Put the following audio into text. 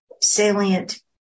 salient